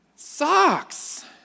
Socks